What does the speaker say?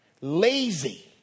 lazy